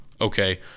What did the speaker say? Okay